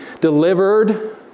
delivered